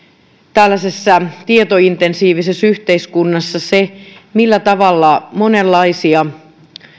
tällaisessa tietointensiivisessä yhteiskunnassa se millä tavalla myöskin monenlaisia